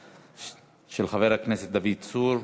של חבר הכנסת דוד צור.